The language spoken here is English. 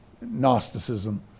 Gnosticism